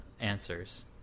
answers